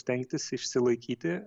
stengtis išsilaikyti